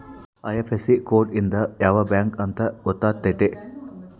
IFSC code ಇಂದ ಯಾವ bank ಅಂತ ಗೊತ್ತಾತತೆ